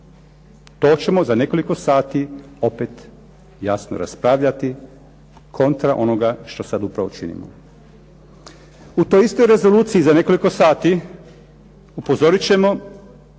To ćemo za nekoliko sati opet, jasno, raspravljati kontra onoga što sad upravo činimo. U toj istoj rezoluciji za nekoliko sati upozoriti ćemo